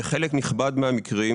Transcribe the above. בחלק נכבד מהמקרים